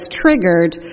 triggered